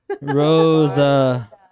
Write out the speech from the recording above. Rosa